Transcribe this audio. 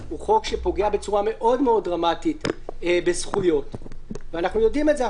הוא חוק שפוגע בצורה מאוד מאוד דרמטית בזכויות ואנחנו יודעים את זה,